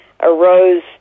arose